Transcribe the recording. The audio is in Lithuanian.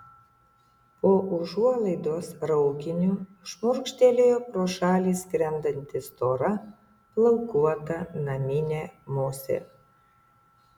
po užuolaidos raukiniu šmurkštelėjo pro šalį skrendanti stora plaukuota naminė musė